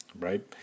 right